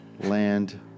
land